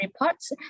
reports